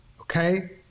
Okay